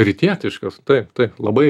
rytietiškas taip taip labai